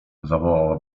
zawołała